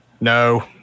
No